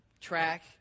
track